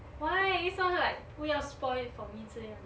why you sounded like 不要 spoil for me 这样